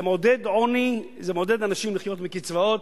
זה מעודד עוני, זה מעודד אנשים לחיות מקצבאות.